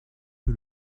que